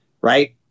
Right